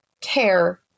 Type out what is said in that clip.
care